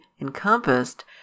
encompassed